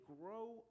grow